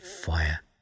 fire